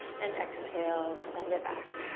and exhale, send it back.